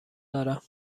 دارم